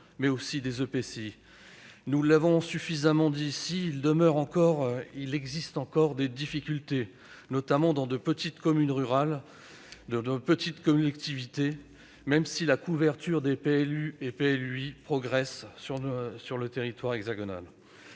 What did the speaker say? ou des EPCI. Nous l'avons suffisamment dit ici : il existe encore des difficultés, notamment dans de petites communes rurales et de petits EPCI, même si la couverture des PLU et des PLUi progresse sur le territoire hexagonal.